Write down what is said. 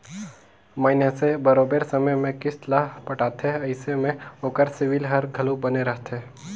मइनसे बरोबेर समे में किस्त ल पटाथे अइसे में ओकर सिविल हर घलो बने रहथे